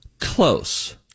Close